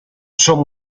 son